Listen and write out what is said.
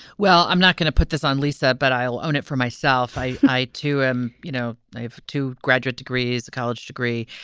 well, i'm not going to put this on lisa, but i'll own it for myself. i, too, am. you know, i have two graduate degrees, a college degree,